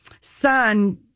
son